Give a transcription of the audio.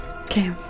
Okay